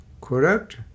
Correct